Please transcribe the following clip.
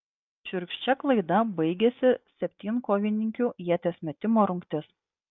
šiurkščia klaida baigėsi septynkovininkių ieties metimo rungtis